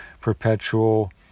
perpetual